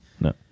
No